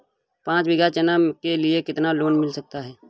पाँच बीघा चना के लिए कितना लोन मिल सकता है?